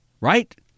right